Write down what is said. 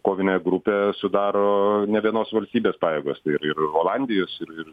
kovinę grupę sudaro ne vienos valstybės pajėgos tai ir ir olandijos ir ir